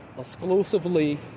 exclusively